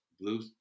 blue